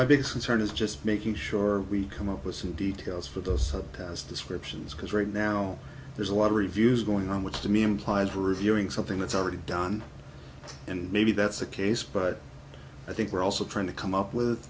my big concern is just making sure we come up with some details for those descriptions because right now there's a lot of reviews going on which to me implies reviewing something that's already done and maybe that's the case but i think we're also trying to come up with